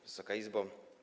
Wysoka Izbo!